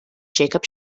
jacob